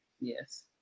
Yes